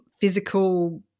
physical